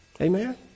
Amen